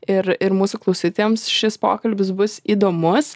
ir ir mūsų klausytojams šis pokalbis bus įdomus